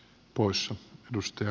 poissa edustaja